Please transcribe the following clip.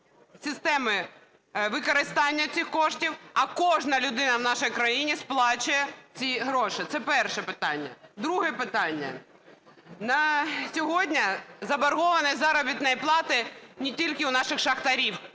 системи використання цих коштів, а кожна людина в нашій країні сплачує ці гроші. Це перше питання. Друге питання. На сьогодні заборгованість заробітної плати не тільки у наших шахтарів,